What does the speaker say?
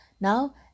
Now